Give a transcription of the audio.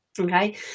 Okay